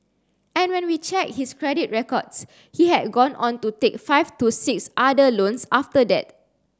and when we checked his credit records he had gone on to take five to six other loans after that